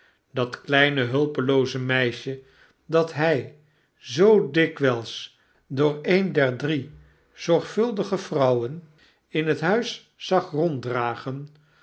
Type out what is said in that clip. dat kleine hulpelooze meisje dat hg zoo dikwflls door een der drie zorgvuldige vrouwen in het huis zag